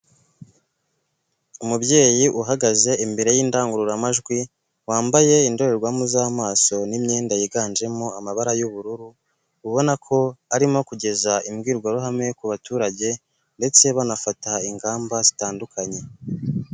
Umubyeyi uhagaze imbere y'indangururamajwi, wambaye indorerwamo z'amaso n'imyenda yiganjemo amabara y'ubururu, ubona ko arimo kugeza imbwirwaruhame ku baturage ndetse banafata ingamba zitandukanye.